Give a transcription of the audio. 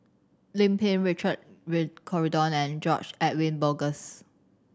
Lim Pin Richard Corridon and George Edwin Bogaars